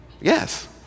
Yes